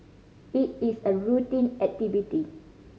it is a routine activity